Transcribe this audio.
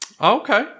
Okay